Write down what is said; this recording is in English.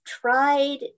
tried